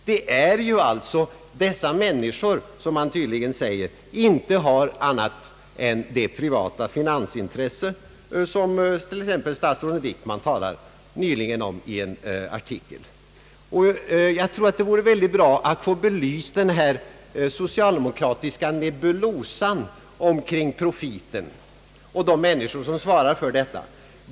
Besluten fattas av dessa människor som enligt vad statsrådet Wickman nyligen i en artikel uttalat tydligen inte har annat än privata finansintressen. Jag tror att det vore synnerligen värdefullt att få en belysning av socialdemokraternas uppfattning om denna nebulosa kring profiten och de människor som härmed avses.